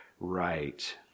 right